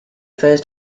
first